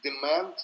demand